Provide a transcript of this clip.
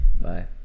bye